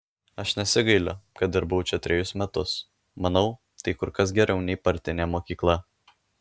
aš nesigailiu kad dirbau čia trejus metus manau tai kur kas geriau nei partinė mokykla